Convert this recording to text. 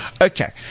Okay